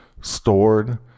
stored